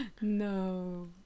No